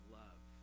love